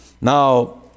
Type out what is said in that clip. Now